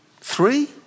three